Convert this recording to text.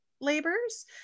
labors